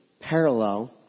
parallel